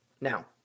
now